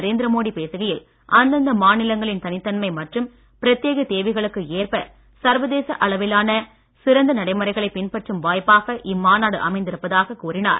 நரேந்திரமோடி பேசுகையில் அந்தந்த மாநிலங்களின் தனித்தன்மை மற்றும் பிரத்யேகத் தேவைகளுக்கு ஏற்ப சர்வதேச அளவிலான சிறந்த நடைமுறைகளை பின்பற்றும் வாய்ப்பாக இம்மாநாடு அமைந்திருப்பதாக கூறினார்